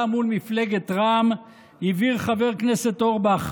מול מפלגת רע"מ הבהיר חבר הכנסת אורבך: